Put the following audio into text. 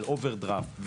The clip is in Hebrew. על אוברדרפט,